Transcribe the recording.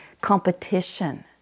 competition